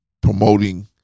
promoting